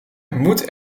moet